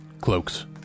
cloaks